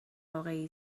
واقعی